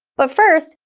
but first,